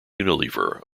unilever